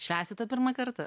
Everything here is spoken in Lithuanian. švęsite pirmą kartą